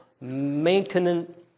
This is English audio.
maintenance